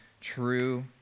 true